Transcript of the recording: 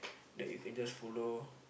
that you can just follow